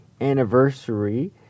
anniversary